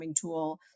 tool